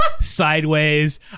sideways